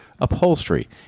Upholstery